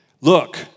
look